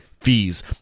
fees